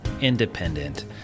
independent